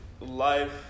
life